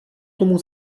tomu